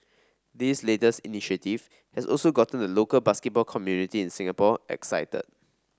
this latest initiative has also gotten the local basketball community in Singapore excited